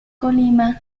colima